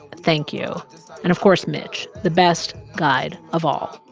thank you and of course mitch, the best guide of all.